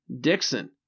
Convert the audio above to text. Dixon